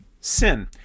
sin